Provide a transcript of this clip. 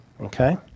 Okay